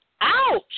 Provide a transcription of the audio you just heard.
Ouch